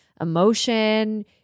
emotion